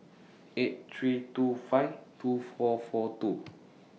eight three two five two four four two